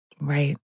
Right